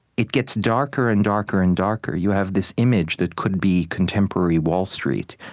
it gets darker and darker and darker. you have this image that could be contemporary wall street.